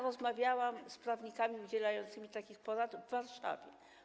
Rozmawiałam z pracownikami udzielającymi takich porad w Warszawie.